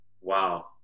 Wow